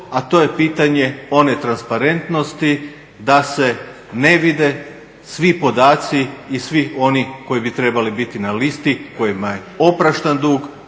a to je pitanje one transparentnosti da se ne vide svi podaci i svi oni koji bi trebali biti na listi kojima je oprošten dug.